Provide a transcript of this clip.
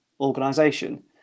organization